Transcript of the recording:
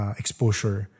exposure